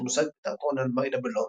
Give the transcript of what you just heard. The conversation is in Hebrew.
שמוצג בתיאטרון אלמיידה בלונדון.